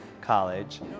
College